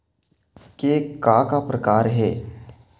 के का का प्रकार हे?